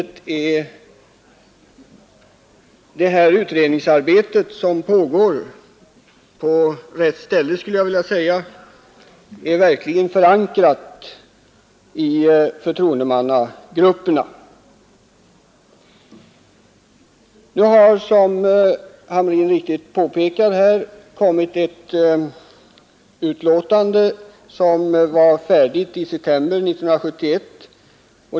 Jag tror att det här utredningsarbetet — som enligt min mening pågår på rätt ställe — verkligen är förankrat i förtroendemannagrupperna. Nu har SPRI, som herr Hamrin alldeles riktigt påpekar, i september 1971 lagt fram en utredningsrapport, som heter Riktlinjer för hälsooch sjukvårdsplanering.